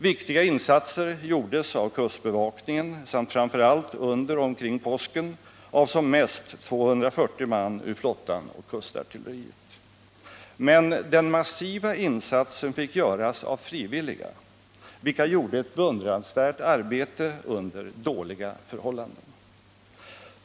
Viktiga insatser gjordes av kustbevakningen samt framför allt under och omkring påsken av som mest 240 man ur flottan och kustartilleriet. Men den massiva insatsen fick göras av frivilliga, vilka gjorde ett beundransvärt arbete under dåliga förhållanden.